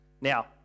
Now